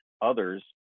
others